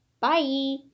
Bye